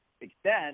extent